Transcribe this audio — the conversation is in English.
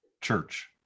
church